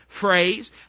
phrase